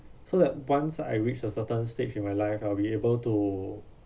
so like once I reached a certain stage in my life I will be able to